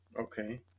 Okay